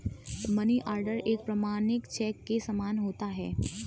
money order एक प्रमाणिक cheque के समान होता है